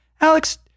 Alex